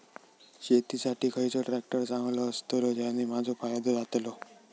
शेती साठी खयचो ट्रॅक्टर चांगलो अस्तलो ज्याने माजो फायदो जातलो?